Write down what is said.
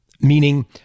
Meaning